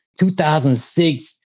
2006